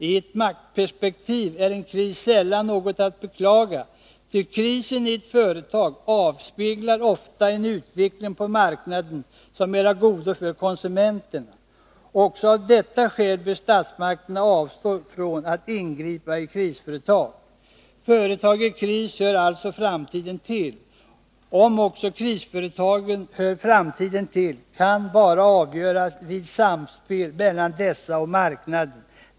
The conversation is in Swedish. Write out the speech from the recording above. I ett maktperspektiv är en kris sällan något att beklaga, ty krisen i ett företag avspeglar ofta en utveckling på marknaden som är av godo för konsumenterna. Också av detta skäl bör statsmakterna avstå från att ingripa i krisföretag. Företag i kris hör alltså framtiden till. Om också krisföretagen hör framtiden till kan bara avgöras vid samspel mellan dessa och marknaden.